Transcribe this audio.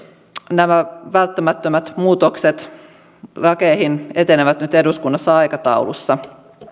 nämä välttämättömät muutokset lakeihin etenevät nyt eduskunnassa aikataulussa